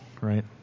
right